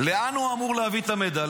לאן הם אמורים להעביר את המידע?